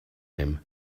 him